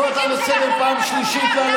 אני קורא אותך לסדר פעם שלישית.